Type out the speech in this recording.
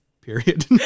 period